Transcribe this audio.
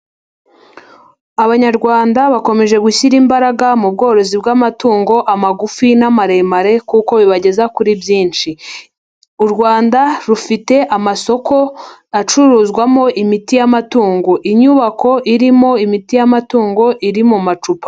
Abanyarwanda bakomeje gushyira imbaraga mu bworozi bw'amatungo, amagufi n'amaremare kuko bibageza kuri byinshi, U Rwanda rufite amasoko acuruzwamo imiti y'amatungo, inyubako irimo imiti y'amatungo iri mu macupa.